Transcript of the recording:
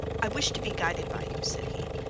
i wish to be guided by you said he